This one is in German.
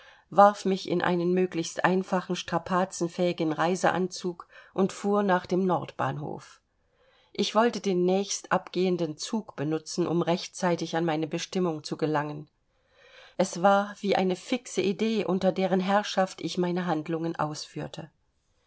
warf mich in einen möglichst einfachen strapazenfähigen reiseanzug und fuhr nach dem nordbahnhof ich wollte den nächstabgehenden zug benutzen um rechtzeitig an meine bestimmung zu gelangen es war wie eine fixe idee unter deren herrschaft ich meine handlungen ausführte